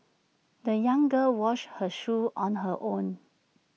the young girl washed her shoes on her own